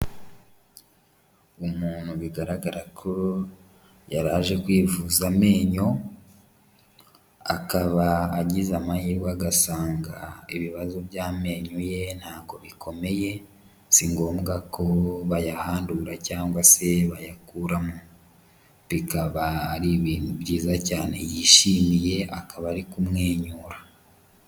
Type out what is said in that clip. Umuntu bigaragara ko yaraje kwivuza amenyo, akaba agize amahirwe agasanga ibibazo by'amenyo ye ntago bikomeye, si ngombwa ko bayahandura cyangwa se bayakuramo, bikaba ari ibintu byiza cyane yishimiye akaba ari kumwenyura.